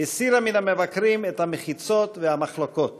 הסירה מן המבקרים את המחיצות והמחלוקות